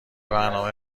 برنامه